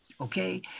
okay